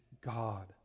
God